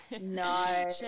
no